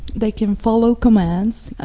they can follow commands,